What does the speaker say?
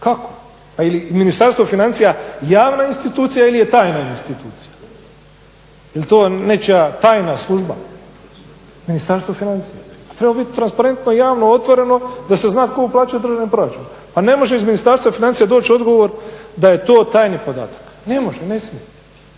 kako? Je li Ministarstvo financija javna institucija ili je tajna institucija, jel to nečija tajna služba, Ministarstvo financija? To bi trebalo biti transparentno i javno otvoreno da se zna ko uplaćuje u državni proračun, a ne može iz Ministarstva financija doći odgovor da je to tajni podatak, ne može, ne smije